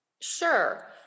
Sure